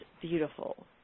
beautiful